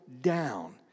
down